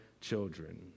children